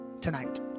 tonight